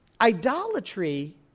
Idolatry